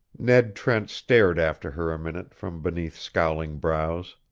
ned trent stared after her a minute from beneath scowling brows.